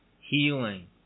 Healing